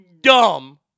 dumb